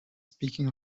speaking